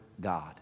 God